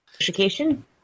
Education